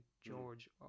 George